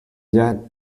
yet